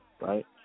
right